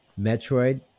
Metroid